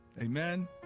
Amen